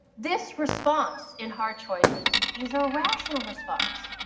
this response in hard choices is a rational response,